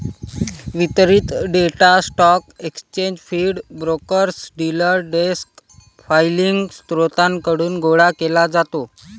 वितरित data stock exchange feed, brokers, dealer desk filing स्त्रोतांकडून गोळा केला जातो